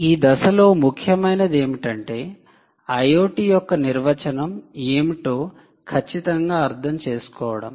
ఈ దశలో ముఖ్యమైనది ఏమిటంటే IoT యొక్క నిర్వచనం ఏమిటో ఖచ్చితంగా అర్థం చేసుకోవడం